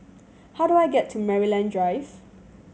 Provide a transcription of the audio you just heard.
how do I get to Maryland Drive